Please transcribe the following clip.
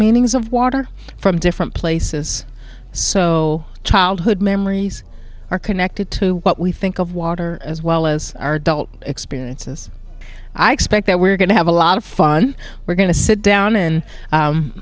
meanings of water from different places so childhood memories are connected to what we think of water as well as our adult experiences i expect that we're going to have a lot of fun we're going to sit down and